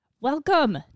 Welcome